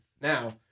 now